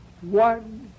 One